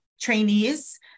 trainees